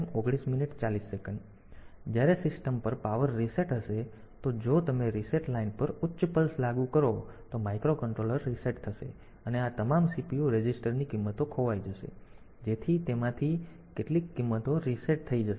તેથી જ્યારે સિસ્ટમ પર પાવર રીસેટ હશે તો જો તમે રીસેટ લાઇન પર ઉચ્ચ પલ્સ લાગુ કરો તો માઇક્રો કંટ્રોલર રીસેટ થશે અને તમામ CPU રજીસ્ટરની કિંમતો ખોવાઈ જશે જેથી તેમાંથી કેટલીક કિંમતો રીસેટ થઈ જશે